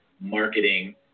marketing